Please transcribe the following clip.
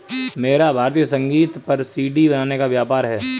मेरा भारतीय संगीत पर सी.डी बनाने का व्यापार है